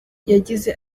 yagize